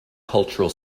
cultural